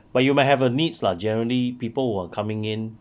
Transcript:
but you might have err needs lah generally people who are coming in